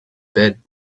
bed